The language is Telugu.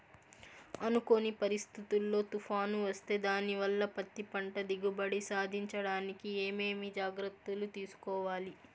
అనుకోని పరిస్థితుల్లో తుఫాను వస్తే దానివల్ల పత్తి పంట దిగుబడి సాధించడానికి ఏమేమి జాగ్రత్తలు తీసుకోవాలి?